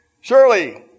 Surely